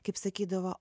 kaip sakydavo